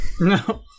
No